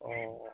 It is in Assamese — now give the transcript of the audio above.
অঁ